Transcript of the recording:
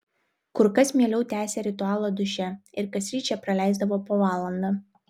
kur kas mieliau tęsė ritualą duše ir kasryt čia praleisdavo po valandą